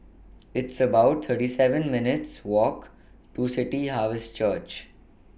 It's about thirty seven minutes' Walk to City Harvest Church